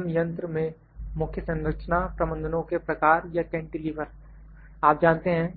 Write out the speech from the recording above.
CMM यंत्र में मुख्य संरचना प्रबंधनो के प्रकार या कैंटीलीवर आप जानते हैं